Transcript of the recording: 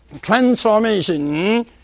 transformation